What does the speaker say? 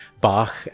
Bach